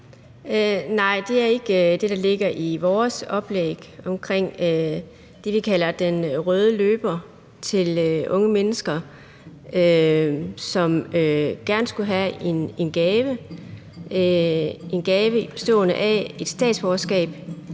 Nej, det er ikke det, der ligger i vores oplæg omkring det, vi kalder den røde løber til unge mennesker, som gerne skulle have en gave – en gave bestående af et statsborgerskab